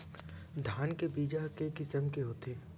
धान के बीजा ह के किसम के होथे?